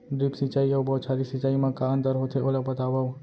Drip सिंचाई अऊ बौछारी सिंचाई मा का अंतर होथे, ओला बतावव?